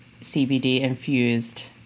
CBD-infused